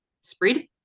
spread